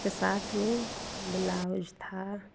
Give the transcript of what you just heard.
के साथ में बेलाउज था